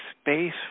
space